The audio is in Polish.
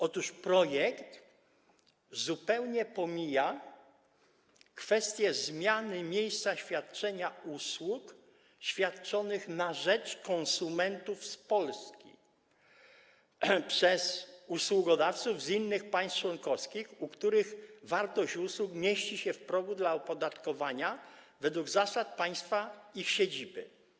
Otóż projekt zupełnie pomija kwestie zmiany miejsca świadczenia usług świadczonych na rzecz konsumentów z Polski przez usługodawców z innych państw członkowskich, u których wartość usług mieści się w progu dla opodatkowania według zasad państwa ich siedziby.